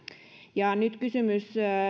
nyt kysymys